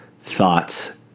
thoughts